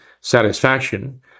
satisfaction